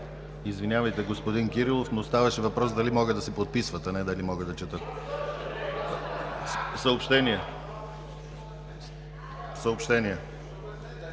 Извинявайте, господин Кирилов, но ставаше въпрос дали могат да се подписват, а не дали могат да четат. Съобщения…